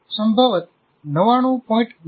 સંભવત 99 99